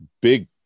big